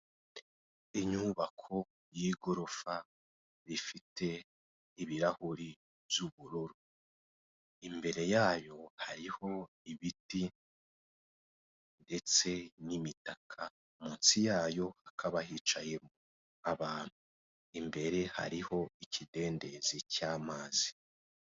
Inyubako y'igorofa rifite ibirahuri by'ubururu imbere yayo hariho ibiti ndetse n'imitaka munsi yayo hakaba hicayemo abantu imbere hariho ikidendezi cyamazi .